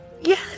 Yes